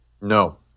no